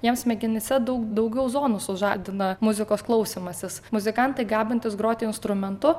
jiems smegenyse daug daugiau zonų sužadina muzikos klausymasis muzikantai gebantys groti instrumentu